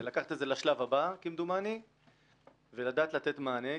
ולקחת את זה לשלב הבא כמדומני ולדעת לתת לזה מענה.